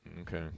Okay